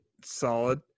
solid